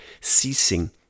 ceasing